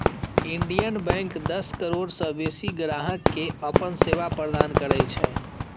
Indian bank दस करोड़ सं बेसी ग्राहक कें अपन सेवा प्रदान करै छै